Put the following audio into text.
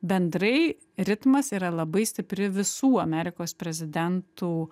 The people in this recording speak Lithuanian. bendrai ritmas yra labai stipri visų amerikos prezidentų